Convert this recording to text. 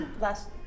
last